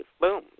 boom